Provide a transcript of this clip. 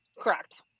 Correct